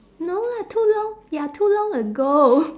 no lah too long ya too long ago